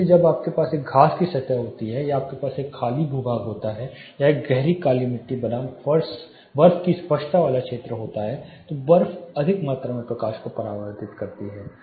इसलिए जब आपके पास एक घास की सतह होती है या आपके पास एक खाली भू भाग होता है या एक गहरी काली मिट्टी बनाम बर्फ की स्पष्टता वाला क्षेत्र होता है तो बर्फ अधिक मात्रा में प्रकाश को परावर्तित करती है